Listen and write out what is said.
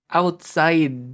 outside